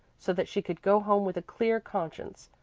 so that she could go home with a clear conscience,